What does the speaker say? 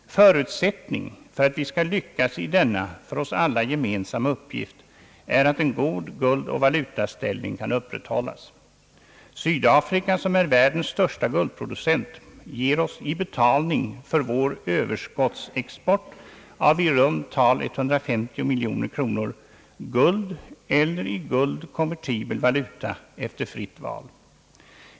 Förutsättningen för att vi skall lyckas i denna för oss alla gemensamma uppgift är att en god guldoch valutaställning kan upprätthållas. Sydafrika, som är världens största guldproducent, ger oss i betalning för vår överskottsexport på i runt tal 150 miljoner kronor guld eller i guld konvertibel valuta efter fritt val.